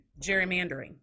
Gerrymandering